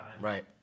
Right